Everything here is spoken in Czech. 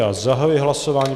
Já zahajuji hlasování.